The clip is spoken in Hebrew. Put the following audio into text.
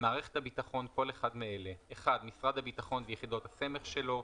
"מערכת הביטחון" כל אחד מאלה: משרד הביטחון ויחידות הסמך שלו.